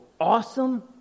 awesome